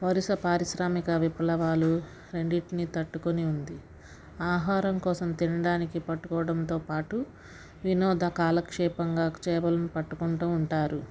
ఒరిస్సా పారిశ్రామిక విప్లవాలు రెండిటిని తట్టుకొని ఉంది ఆహారం కోసం తినడానికి పట్టుకోవడంతోపాటు వినోద కాలక్షేపంగా చేపలను పట్టుకుంటూ ఉంటారు